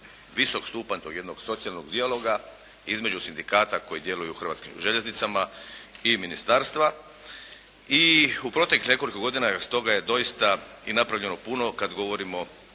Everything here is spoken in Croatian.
visok stupanj tog jednog socijalnog dijaloga između sindikata koji djeluju u hrvatskim željeznicama i ministarstva i u proteklih nekoliko godina osim toga je doista i napravljeno puno kad govorimo